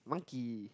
monkey